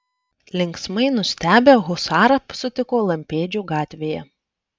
linksmai nustebę husarą sutiko lampėdžių gatvėje